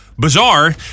bizarre